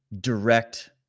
direct